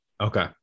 Okay